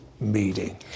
meeting